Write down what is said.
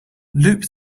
loop